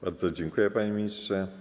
Bardzo dziękuję, panie ministrze.